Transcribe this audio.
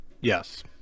Yes